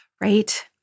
right